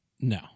No